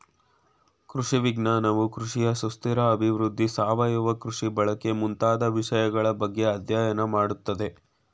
ಕೃಷಿ ವಿಜ್ಞಾನವು ಕೃಷಿಯ ಸುಸ್ಥಿರ ಅಭಿವೃದ್ಧಿ, ಸಾವಯವ ಕೃಷಿ ಬಳಕೆ ಮುಂತಾದ ವಿಷಯಗಳ ಬಗ್ಗೆ ಅಧ್ಯಯನ ಮಾಡತ್ತದೆ